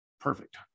Perfect